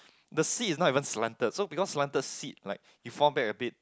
the seat is not even slanted so because slanted seat like you fall back abit